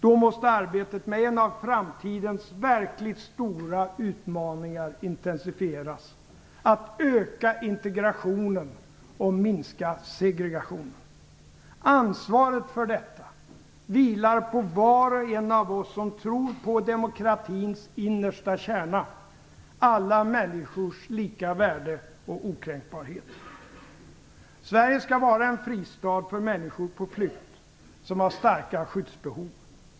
Då måste arbetet med en av framtidens verkligt stora utmaningar intensifieras: att öka integrationen och minska segregationen. Ansvaret för detta vilar på var och en av oss som tror på demokratins innersta kärna - alla människors lika värde och okränkbarhet. Sverige skall vara en fristad för människor på flykt som har starka skyddsbehov.